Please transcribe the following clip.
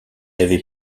avait